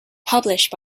published